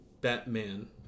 batman